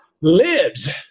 lives